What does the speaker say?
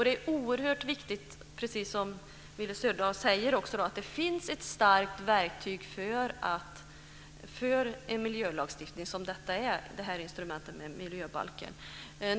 Det är oerhört viktigt, precis som Willy Söderdahl säger, att det finns ett starkt verktyg för en miljölagstiftning, vilket det här instrumentet med miljöbalken är.